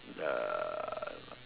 the